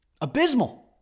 abysmal